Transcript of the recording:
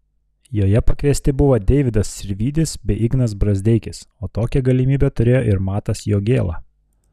joje pakviesti buvo deividas sirvydis bei ignas brazdeikis o tokią galimybę turėjo ir matas jogėla